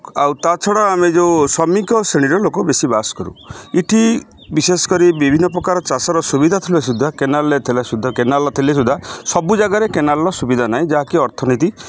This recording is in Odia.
ଆଉ ତା ଛଡ଼ା ଆମେ ଯେଉଁ ଶ୍ରମିକ ଶ୍ରେଣୀର ଲୋକ ବେଶୀ ବାସ କରୁ ଏଠି ବିଶେଷ କରି ବିଭିନ୍ନପ୍ରକାର ଚାଷର ସୁବିଧା ଥିଲେ ସୁଦ୍ଧା କେନାଲ୍ରେ ଥିଲା ସୁଦ୍ଧା କେନାଲ୍ ଥିଲେ ସୁଦ୍ଧା ସବୁ ଜାଗାରେ କେନାଲ୍ର ସୁବିଧା ନାହିଁ ଯାହାକି ଅର୍ଥନୀତି